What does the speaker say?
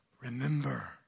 Remember